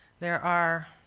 there are